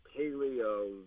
paleo